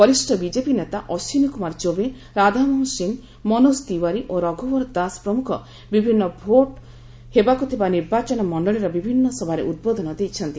ବରିଷ୍ଣ ବିଜେପି ନେତା ଅଶ୍ୱିନୀ କୁମାର ଚୌବେ ରାଧାମୋହନ ସିଂ ମନୋକ ତିୱାରୀ ଓ ରଘୁବର ଦାଶ୍ ପ୍ରମୁଖ ବିଭିନ୍ନ ଭୋଟ୍ ହେବାକୁ ଥିବା ନିର୍ବାଚନ ମଣ୍ଡଳୀର ବିଭିନ୍ନ ସଭାରେ ଉଦ୍ବୋଧନ ଦେଇଛନ୍ତି